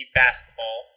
basketball